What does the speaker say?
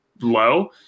low